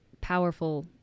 powerful